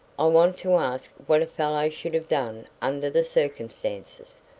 i want to ask what a fellow should have done under the circumstances.